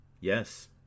Yes